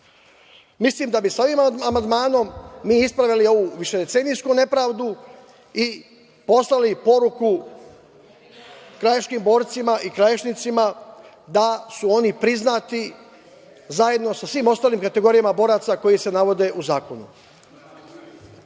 plana. Mislim da bi sa ovim amandmanom mi ispravili ovu višedecenijsku nepravdu i poslali poruku krajiškim borcima i krajišnicima da su oni priznati zajedno sa svim ostalim kategorijama boraca koji se navode u zakonu. Druga